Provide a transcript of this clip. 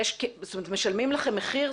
משלמים לכם מחיר?